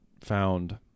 found